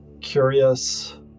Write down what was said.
curious